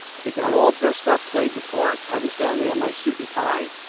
he got all dressed up, played the part. i was down there in my suit and tie.